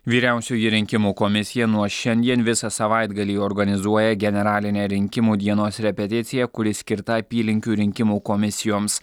vyriausioji rinkimų komisija nuo šiandien visą savaitgalį organizuoja generalinę rinkimų dienos repeticiją kuri skirta apylinkių rinkimų komisijoms